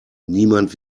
niemand